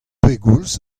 pegoulz